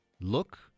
Look